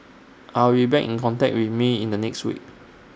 I will be back in contact with may in the next week